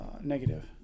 negative